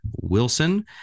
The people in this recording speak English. Wilson